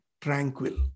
tranquil